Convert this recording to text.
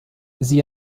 sie